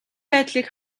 байдлыг